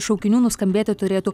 šaukinių nuskambėti turėtų